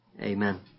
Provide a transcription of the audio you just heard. Amen